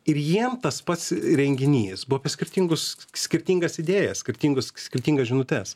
ir jiem tas pats renginys buvo apie skirtingus skirtingas idėjas skirtingus skirtingas žinutes